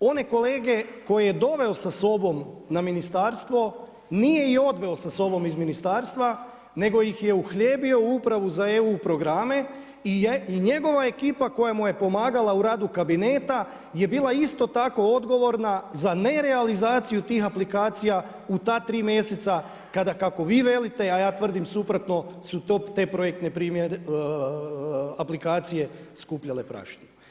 one kolege koje je doveo sa sobom na ministarstvo nije i odveo sa sobom iz ministarstva nego ih je uhljebio u upravu za EU programe i njegova ekipa koja mu je pomagala u radu kabineta je bila isto tako odgovorna za nerealizaciju tih aplikacija u ta tri mjeseca kada kako vi velite a ja tvrdim suprotno su to te projektne aplikacije skupljale prašinu.